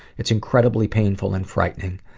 it's incredibly painful and frightening.